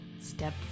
Step